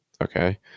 Okay